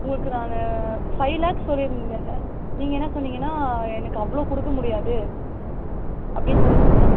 உங்களுக்கு நாங்கள் ஃபைவ் லாக்ஸ் சொல்லியிருந்தேன் நீங்கள் என்ன சொன்னீங்கனால் எனக்கு அவ்வளோ கொடுக்கமுடியாது அப்படினு சொல்லியிருந்தீங்க